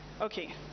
Okay